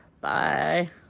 bye